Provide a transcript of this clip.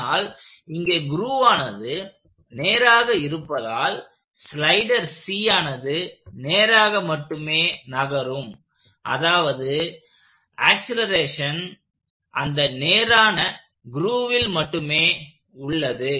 ஆனால் இங்கே க்ரூவானது நேராக இருப்பதால் ஸ்லைடர் C ஆனது நேராக மட்டுமே நகரும் அதாவது ஆக்சலேரேஷன் அந்த நேரான க்ரூவில் மட்டுமே உள்ளது